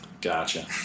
Gotcha